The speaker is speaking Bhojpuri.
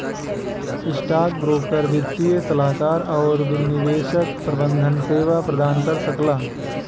स्टॉकब्रोकर वित्तीय सलाहकार आउर निवेश प्रबंधन सेवा प्रदान कर सकला